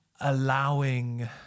allowing